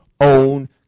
own